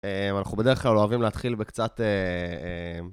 אנחנו בדרך כלל אוהבים להתחיל בקצת